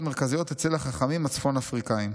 מרכזיות אצל החכמים הצפון אפריקאים.